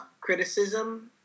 criticism